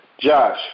Josh